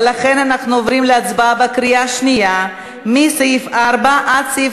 ולכן אנחנו עוברים להצבעה בקריאה שנייה מסעיף 4 עד סעיף